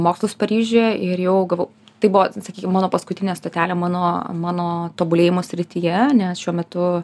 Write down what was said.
mokslus paryžiuje ir jau gavau tai buvo sakykie mano paskutinė stotelė mano mano tobulėjimo srityje nes šiuo metu